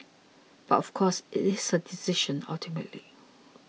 but of course it is her decision ultimately